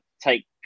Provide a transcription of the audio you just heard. take